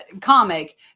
comic